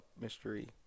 mystery